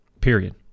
period